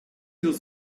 yıl